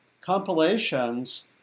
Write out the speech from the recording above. compilations